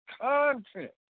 content